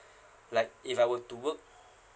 like if I were to work